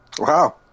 Wow